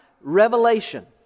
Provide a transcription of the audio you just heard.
revelation